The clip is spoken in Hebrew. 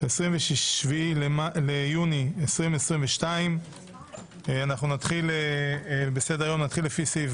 27 ביוני 2022. נתחיל בסעיף